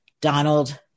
Donald